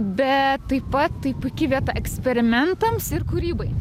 bet taip pat tai puiki vieta eksperimentams ir kūrybai